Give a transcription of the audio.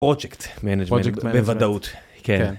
Project Management, בוודאות, כן.